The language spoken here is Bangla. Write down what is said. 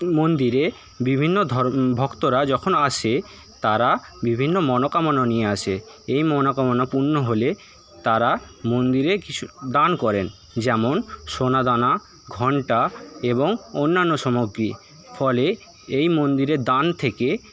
মন্দিরে বিভিন্ন ধর্ম ভক্তরা যখন আসে তারা বিভিন্ন মনোকামনা নিয়ে আসে এই মনোকামনা পূর্ণ হলে তারা মন্দিরে কিছু দান করেন যেমন সোনা দানা ঘন্টা এবং অন্যান্য সামগ্রী ফলে এই মন্দিরে দান থেকে